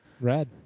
Rad